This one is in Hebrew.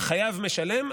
ה"חייב משלם",